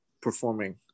performing